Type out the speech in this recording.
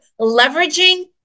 Leveraging